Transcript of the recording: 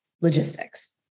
logistics